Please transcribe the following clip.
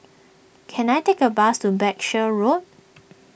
can I take a bus to Berkshire Road